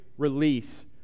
release